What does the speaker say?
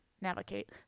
navigate